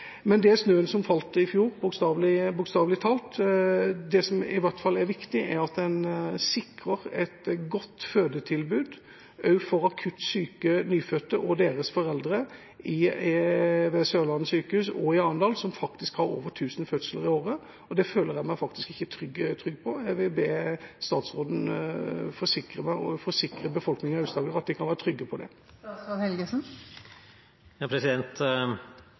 snøen som falt i fjor, bokstavelig talt. Det som i hvert fall er viktig, er at en sikrer et godt fødetilbud også for akutt syke nyfødte og deres foreldre ved Sørlandet sykehus Arendal, som faktisk har mer enn 1 000 fødsler i året, og det føler jeg meg faktisk ikke trygg på. Jeg vil be statsråden forsikre befolkningen i Aust-Agder om at de kan være trygge på det.